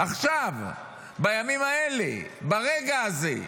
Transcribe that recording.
עכשיו, בימים האלה, ברגע הזה,